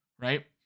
Right